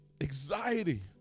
anxiety